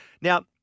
Now